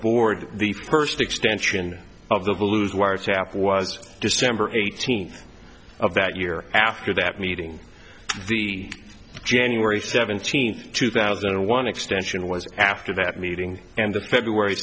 board the first extension of the blues wiretap was december eighteenth of that year after that meeting the january seventeenth two thousand and one extension was after that meeting and the feb